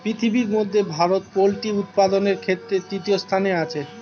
পৃথিবীর মধ্যে ভারত পোল্ট্রি উপাদানের ক্ষেত্রে তৃতীয় স্থানে আছে